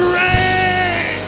rain